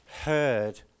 heard